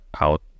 out